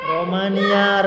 Romania